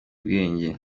ubwenge